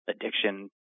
addiction